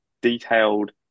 detailed